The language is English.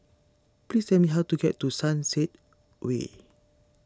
please tell me how to get to Sunset Way